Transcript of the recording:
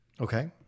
okay